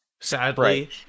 Sadly